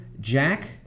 Jack